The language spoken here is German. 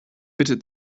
bitte